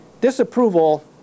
disapproval